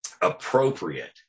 appropriate